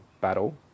battle